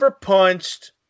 punched